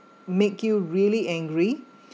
make you really angry